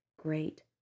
great